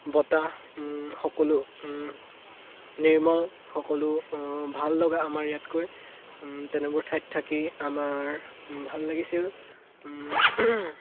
বতাহ সকলো নিৰ্মল সকলো ভাল লগা আমাৰ ইয়াতকৈ তেনেবোৰ ঠাইত থাকি আমাৰ ভাল লাগিছিল